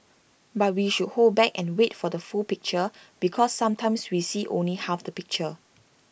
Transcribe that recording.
but we should hold back and wait for the full picture because sometimes we see only half the picture